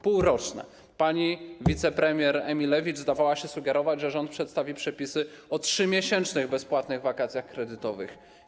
Pani wicepremier Emilewicz zdawała się sugerować, że rząd przedstawi przepisy o 3-miesięcznych bezpłatnych wakacjach kredytowych.